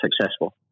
successful